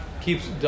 Keeps